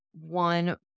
One